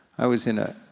i was in a,